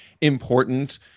important